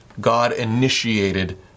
God-initiated